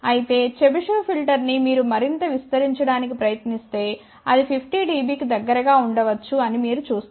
అయితే Chebyshev filter ని మీరు మరింత విస్తరించడానికి ప్రయత్నిస్తే అది 50 dB కి దగ్గరగా ఉండవచ్చు అని మీరు చూస్తారు